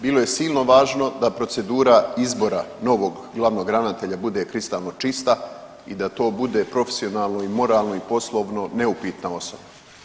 Bilo je silno važno da procedura izbora novog glavnog ravnatelja bude kristalno čista i da to bude profesionalno i moralno i poslovno neupitna osoba.